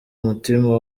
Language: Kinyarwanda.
mutima